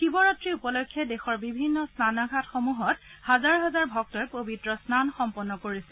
শিৱৰাত্ৰি উপলক্ষে দেশৰ বিভিন্ন স্ননঘাটসমূহত হাজাৰ হাজাৰ ভক্তই পবিত্ৰ স্নান সম্পন্ন কৰিছে